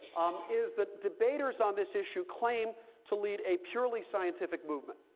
is that debaters on this issue claim to lead a purely scientific movement.